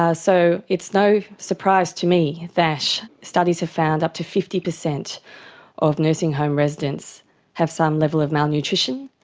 ah so it's no surprise to me that studies have found up to fifty per cent of nursing home residents have some level of malnutrition,